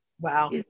Wow